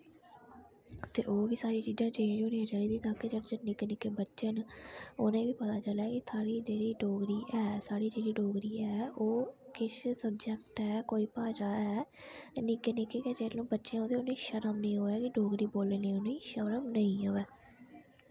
ते ओह्बी सारी चीजां चेंज़ होना चाहीदियां कि जेह्ड़े निक्के निक्के बच्चे न उ'नें गी बी पता चले कि साढ़ी जेह्ड़ी डोगरी ऐ साढ़ी जेह्ड़ी डोगरी ऐ ओह् किश सब्जैक्ट ऐ किश भाशा ऐ ते निक्के निक्के गै जिसलै ओह् बच्चे होऐ ते उ'नें गी निक्के होंदे गै शर्म निं आवै